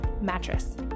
mattress